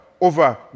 over